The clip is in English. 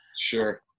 Sure